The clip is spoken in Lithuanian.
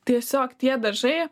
tiesiog tie dažai